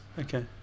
Okay